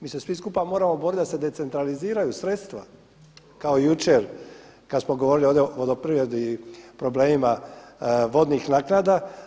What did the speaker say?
Mi se svi skupa moramo boriti da se decentraliziraju sredstva kao jučer kad smo govorili ovdje o vodoprivredi i problemima vodnih naknada.